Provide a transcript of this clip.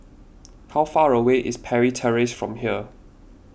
how far away is Parry Terrace from here